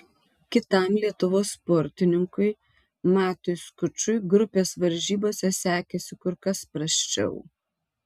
kitam lietuvos sportininkui matui skučui grupės varžybose sekėsi kur kas prasčiau